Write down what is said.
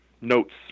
notes